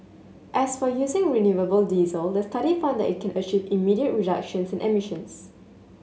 as for using renewable diesel the study found that it can achieve immediate reductions in